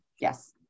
Yes